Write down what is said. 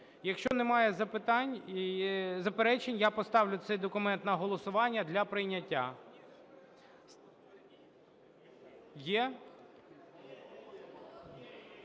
запитань і заперечень, я поставлю цей документ на голосування для прийняття. Є?